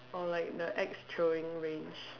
or like the axe throwing range